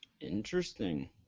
Interesting